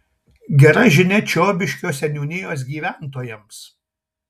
gera žinia čiobiškio seniūnijos gyventojams